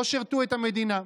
לא שירתו את המדינה.